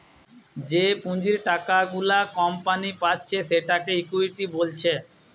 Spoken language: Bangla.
যে পুঁজির টাকা গুলা কোম্পানি পাচ্ছে সেটাকে ইকুইটি বলছে